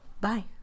bye